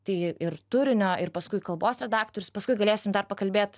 tai ir turinio ir paskui kalbos redaktorius paskui galėsim dar pakalbėt